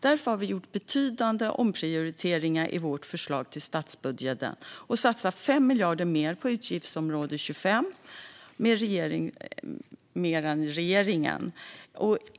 Därför har vi gjort betydande omprioriteringar i vårt förslag till statsbudget och satsar 5 miljarder mer än regeringen på utgiftsområde 25.